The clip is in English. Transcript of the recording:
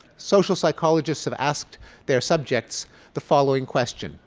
social psychologists have asked their subjects the following question,